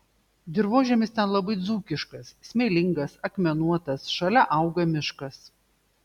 dirvožemis ten yra labai dzūkiškas smėlingas akmenuotas šalia auga miškas